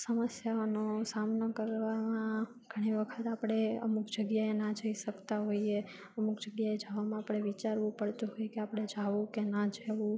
સમસ્યાઓનો સામનો કરવામાં ઘણી વખત આપણે અમુક જગ્યાએ ના જઈ શકતા હોઈએ અમુક જગ્યાએ જાવામાં આપણે વિચારવું પડતું હોય કે આપણે જવું કે ન જવું